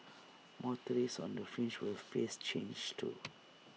motorists on the fringe will face changes too